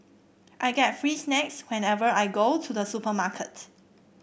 I get free snacks whenever I go to the supermarket